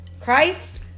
Christ